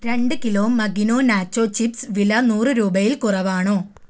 രണ്ട് കിലോ മകിനോ nacho chips വില നൂറ് രൂപയിൽ കുറവാണോ